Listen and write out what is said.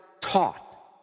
taught